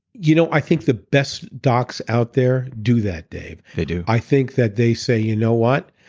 you know i think the best docs out there do that dave. they do. i think that they say, you know what?